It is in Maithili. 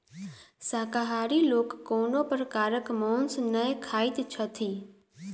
शाकाहारी लोक कोनो प्रकारक मौंस नै खाइत छथि